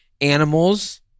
animals